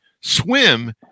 swim